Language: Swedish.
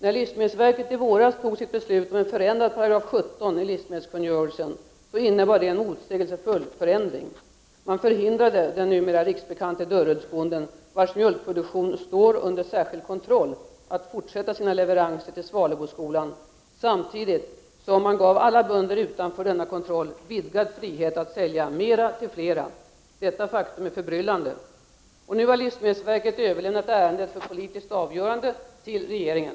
När livsmedelsverket i våras fattade sitt beslut om en förändring av 17§ i livsmedelskungörelsen innebar detta en motsägelsefull förändring. Man förhindrade den numera riksbekante Dörrödsbonden, vars mjölkproduktion står under särskild kontroll, att fortsätta sina leveranser till Svaleboskolan, samtidigt som man gav alla bönder utanför denna kontroll vidgad frihet att sälja mera till flera. Detta faktum är förbryllande. Nu har livsmedelsverket överlämnat ärendet till regeringen för politiskt avgörande.